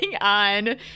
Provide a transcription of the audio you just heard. on